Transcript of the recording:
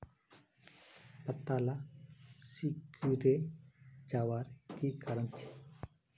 पत्ताला सिकुरे जवार की कारण छे?